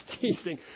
teasing